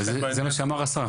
זה מה שאמר השר,